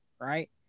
right